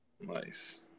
Nice